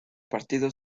partido